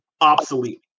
obsolete